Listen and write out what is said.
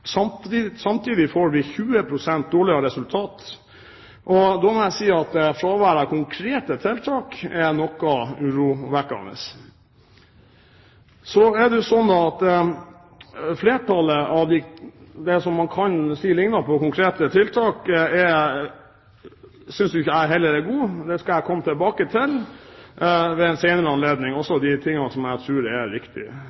OECD. Samtidig får vi 20 pst. dårligere resultat. Da må jeg si at fraværet av konkrete tiltak er noe urovekkende. Flertallet av det man kan si likner på konkrete tiltak, synes jeg heller ikke er gode. Det skal jeg komme tilbake til ved en senere anledning, også